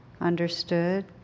understood